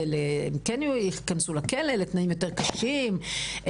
כן ייכנסו לכלא בתנאים יותר קשים,